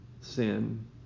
sin